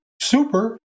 super